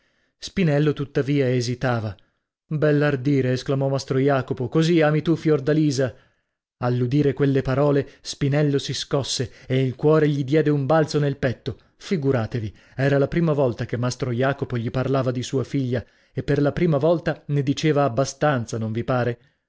spinello tuttavia esitava bell'ardire esclamò mastro jacopo così ami tu fiordalisa all'udire quelle parole spinello si scosse e il cuore gli diede un balzo nel petto figuratevi era la prima volta che mastro jacopo gli parlava di sua figlia e per la prima volta ne diceva abbastanza non vi pare